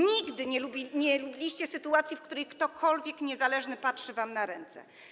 Nigdy nie lubiliście sytuacji, w której ktokolwiek niezależny patrzy wam na ręce.